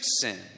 sin